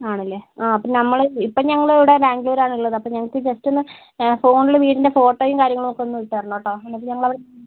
ആണല്ലേ ആ അപ്പോൾ നമ്മൾ ഇപ്പോൾ ഞങ്ങളിവിടെ ബാംഗ്ലൂർ ആണുള്ളത് അപ്പോൾ ഞങ്ങൾക്ക് ജസ്റ്റ് ഒന്ന് ഫോണിൽ വീടിൻ്റെ ഫോട്ടോയും കാര്യങ്ങളുമൊക്കെ ഒന്ന് ഇട്ടുതരണം കേട്ടോ എന്നിട്ട് ഞങ്ങൾ അവിടുന്ന്